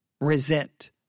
resent